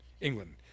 England